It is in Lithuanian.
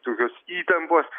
tokios įtampos